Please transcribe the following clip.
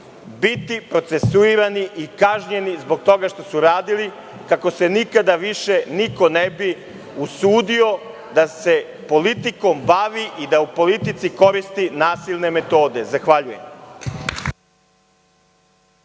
biti procesuirani i kažnjeni zbog toga što su radili, kako se nikada više niko ne bi usudio da se politikom bavi i da u politici koristi nasilne metode. Zahvaljujem.